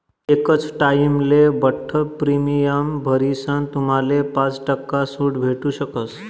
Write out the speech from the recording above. एकच टाइमले बठ्ठ प्रीमियम भरीसन तुम्हाले पाच टक्का सूट भेटू शकस